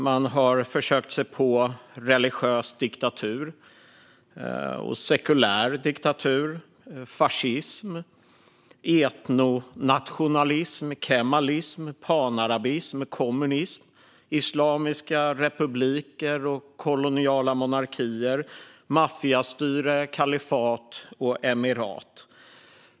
Man har försökt sig på religiös diktatur, sekulär diktatur, fascism, etnonationalism, kemalism, panarabism, kommunism, islamiska republiker, koloniala monarkier, maffiastyre, kalifat och emirat.